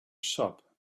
shop